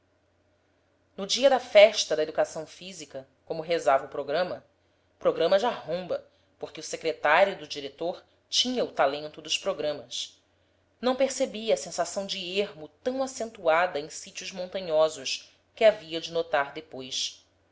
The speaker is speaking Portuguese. no dia da festa da educação física como rezava o programa programa de arromba porque o secretário do diretor tinha o talento dos programas não percebi a sensação de ermo tão acentuada em sítios montanhosos que havia de notar depois